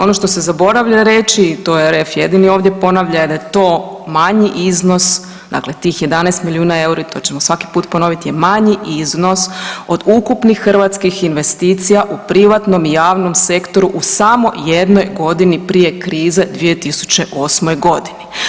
Ono što se zaboravlja reći to je REF jedini ovdje, ponavljam da je to manji iznos, dakle tih 11 milijuna eura i to ćemo svaki put ponovit, je manji iznos od ukupnih hrvatskih investicija u privatnom i javnom sektoru u samo jednoj godini prije krize 2008.g.